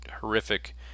horrific